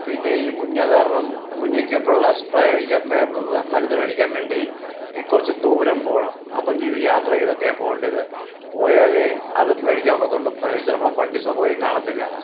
പിന്നെ ഈ മുഞ്ഞ കാരണം മുഞ്ഞക്കിപ്പോഴുള്ള സ്പ്രേ അടിക്കാൻ മ മ മ മരുന്ന് മേടിക്കാൻ വേണ്ടി ഈ കുറച്ച് ദൂരം പോകണം അപ്പം യാത്ര ചെയ്തൊക്കെയാണ് പോകേണ്ടത് പോയാലെ അത് മേടിക്കാൻ ഒക്കത്തൊള്ളൂ വഴിയിൽ ചിലപ്പോൾ വണ്ടി സൗകര്യം കാണത്തില്ല